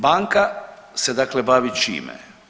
Banka se dakle bavi čime?